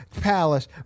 palace